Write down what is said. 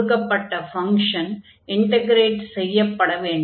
கொடுக்கப்பட்ட function integrate செய்யப்பட வேண்டும்